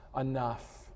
enough